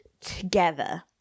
together